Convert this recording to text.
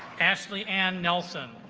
ashley and nelson